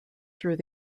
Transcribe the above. through